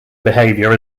behaviour